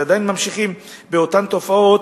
ועדיין ממשיכים באותן תופעות,